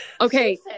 okay